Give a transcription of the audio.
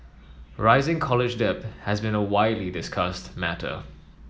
rising college debt has been a widely discussed matter